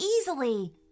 easily